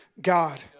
God